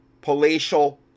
palatial